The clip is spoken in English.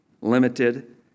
limited